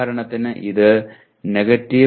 ഉദാഹരണത്തിന് ഇത് 2